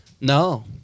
No